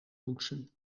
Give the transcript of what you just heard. poetsen